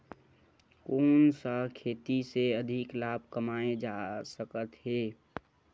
कोन सा खेती से अधिक लाभ कमाय जा सकत हे?